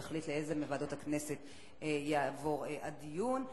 שתחליט לאיזו מוועדות הכנסת יעבור הדיון.